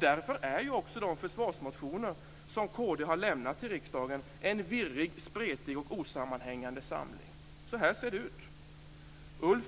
Därför är också de försvarsmotioner som kristdemokraterna har väckt i riksdagen en virrig, spretig och osammanhängande samling. Så här ser det ut: Hässleholm